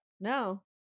no